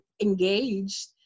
Engaged